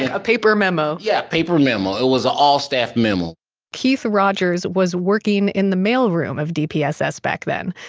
a paper memo yeah, a paper memo. it was an all-staff memo keith rogers was working in the mailroom of dpss back then.